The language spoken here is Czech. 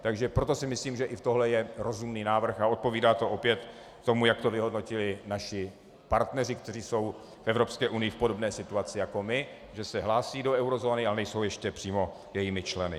Takže proto si myslím, že i tohle je rozumný návrh a odpovídá to opět tomu, jak to vyhodnotili naši partneři, kteří jsou v Evropské unii v podobné situaci jako my, že se hlásí do eurozóny a nejsou ještě přímo jejími členy.